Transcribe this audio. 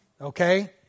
Okay